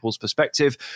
perspective